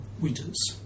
winters